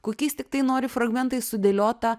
kokiais tiktai nori fragmentais sudėliotą